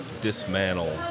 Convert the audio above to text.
dismantle